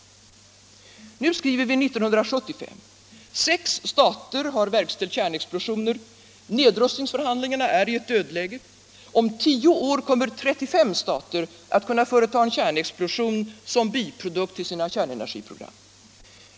Nu skriver vi 1975. Sex stater har verkställt kärnexplosioner, nedrustningsförhandlingarna är i ett dödläge. Om tio år kommer 35 stater att kunna företa en kärnexplosion som biprodukt till sina kärnenergiprogram.